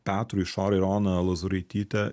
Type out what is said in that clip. petru išora ir ona lozuraityte